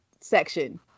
section